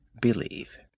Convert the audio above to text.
believe